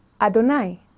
Adonai